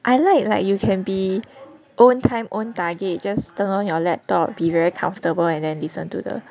I like like you can be own time own target just turn on your laptop be very comfortable and then listen to the